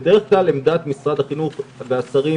בדרך כלל עמדת משרד החינוך והשרים,